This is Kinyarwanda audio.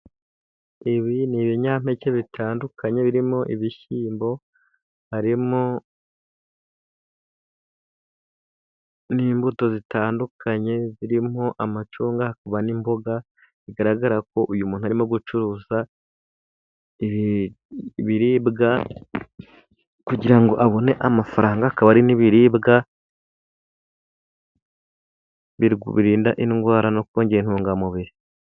Ibi ni ibinyampeke bitandukanye birimo ibishyimbo, harimo n'imbuto zitandukanye zirimo amacunga, hakaba n'imboga, bigaragara ko uyu muntu arimo gucuruza ibiribwa kugira abone amafaranga, akaba ari n'ibiribwa birinda indwara no kongera intungamubiri.